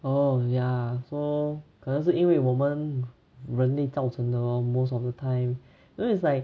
oh ya so 可能是因为我们人类造成的 lor most of the time you know it's like